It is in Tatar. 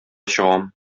чыгам